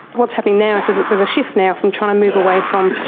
what's happening now is there's there's a shift now from trying to move away from,